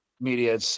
media